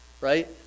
right